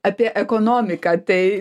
apie ekonomiką tai